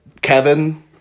Kevin